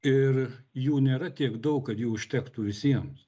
ir jų nėra tiek daug kad jų užtektų visiems